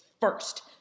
first